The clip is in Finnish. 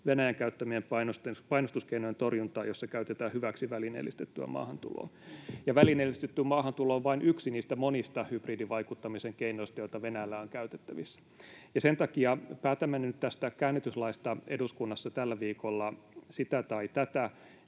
Venäjän käyttämien painostuskeinojen torjuntaa, joissa käytetään hyväksi välineellistettyä maahantuloa. Ja välineellistetty maahantulo on vain yksi niistä monista hybridivaikuttamisen keinoista, joita Venäjällä on käytettävissä. Sen takia, päätämme nyt tästä käännytyslaista eduskunnassa tällä viikolla sitä tai tätä,